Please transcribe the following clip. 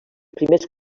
primers